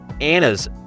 Anna's